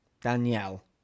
Danielle